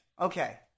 Okay